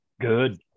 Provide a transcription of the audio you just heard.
good